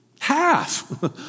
Half